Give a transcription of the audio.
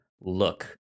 look